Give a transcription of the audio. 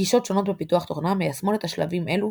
גישות שונות בפיתוח תוכנה מיישמות את שלבים אלו